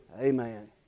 Amen